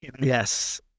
yes